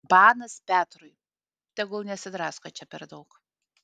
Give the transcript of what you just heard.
banas petrui tegul nesidrasko čia per daug